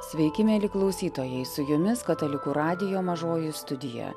sveiki mieli klausytojai su jumis katalikų radijo mažoji studija